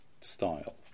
style